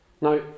Now